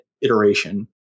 iteration